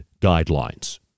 guidelines